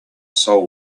sol